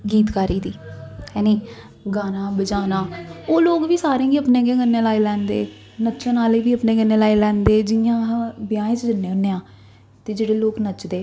गीतकारी दी है नी गाना बजाना ओह् लोग बी सारें गी अपने गै कन्नै लाई लैंदे नच्चन आह्ले बी अपने कन्नै लाई लैंदे जि'यां अस ब्याहें च जन्नै होन्ने आं ते जेह्ड़े लोग नचदे